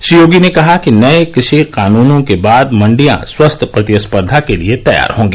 श्री योगी ने कहा कि नए कृषि कानूनों के बाद मंडियां स्वस्थ प्रतिस्पर्धा के लिए तैयार होंगी